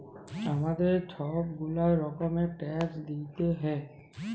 আমাদের ছব গুলা রকমের ট্যাক্স দিইতে হ্যয়